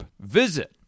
Visit